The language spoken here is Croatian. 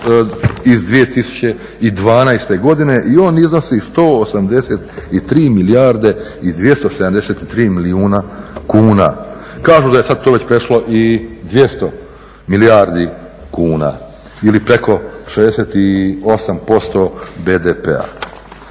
iz 2012. godine i on iznosi 183 milijarde i 273 milijuna kuna. Kažu da je to sada već prešlo i 200 milijardi kuna ili preko 68% BDP-a.